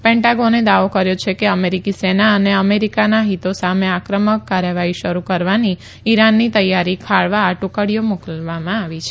પેંટાગોને દાવો કર્યો છે કે અમેરીકી સેના અને અમેરીકાના હીતો સામે આક્રમક કાર્યવાહી શરૂ કરવાની ઈરાનની તૈયારી ખાળવા આ ટુકડીઓ મોકલવામાં આવી છે